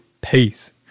peace